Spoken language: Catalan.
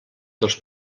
dels